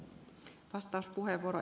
arvoisa puhemies